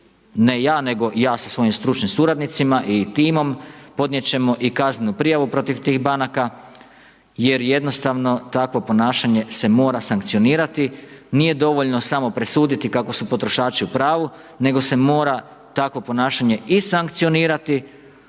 ne ja, nego ja sa svojim stručnim suradnicima i timom, podnijet ćemo i kaznenu prijavu protiv tih banaka jer jednostavno takvo ponašanje se mora sankcionirati. Nije dovoljno samo presuditi kako su potrošači u pravu nego se mora takvo ponašanje i sankcionirati